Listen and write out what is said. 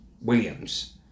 Williams